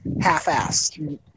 half-assed